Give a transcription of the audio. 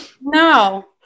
No